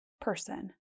person